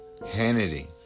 Hannity